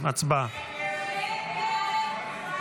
120. הצבעה.